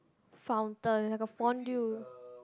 fountain like a fondue